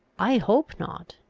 i hope not.